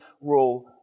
rule